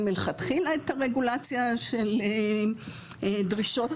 אין מלכתחילה את הרגולציה של דרישות